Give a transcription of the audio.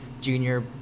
junior